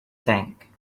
tank